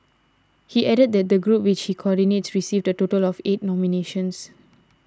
he added that the group which he coordinates received a total of eight nominations